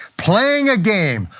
playing a game.